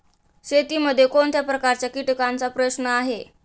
शेतीमध्ये कोणत्या प्रकारच्या कीटकांचा प्रश्न आहे?